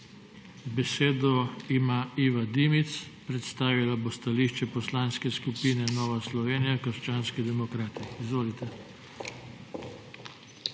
Besedo ima Iva Dimic. Predstavila bo stališče Poslanske skupine Nova Slovenija - krščanski demokrati. Izvolite.